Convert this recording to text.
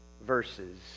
verses